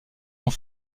sont